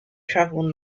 travel